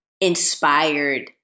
inspired